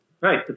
Right